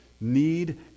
need